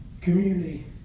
community